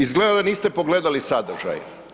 Izgleda da niste pogledali sadržaj.